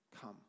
Come